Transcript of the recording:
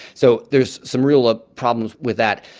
so there's some real ah problems with that.